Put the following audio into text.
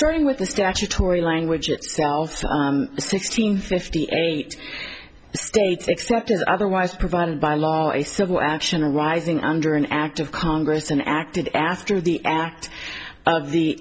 starting with the statutory language of sixteen fifty eight states accepted otherwise provided by law a civil action arising under an act of congress and acted after the act of the